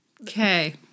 Okay